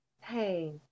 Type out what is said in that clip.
hey